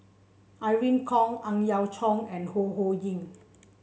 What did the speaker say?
Irene Khong Ang Yau Choon and Ho Ho Ying